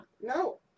No